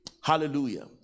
Hallelujah